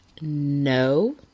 No